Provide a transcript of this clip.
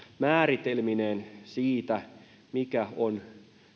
määritelmineen siitä mikä on